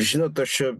žinot aš čia